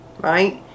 right